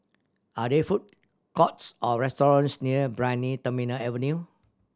are there food courts or restaurants near Brani Terminal Avenue